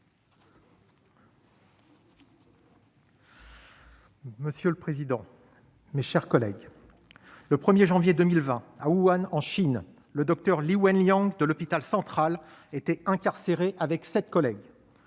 Madame la présidente, mes chers collègues, le 1 janvier 2020, à Wuhan, en Chine, le docteur Li Wenliang de l'hôpital central était incarcéré avec sept de ses collègues.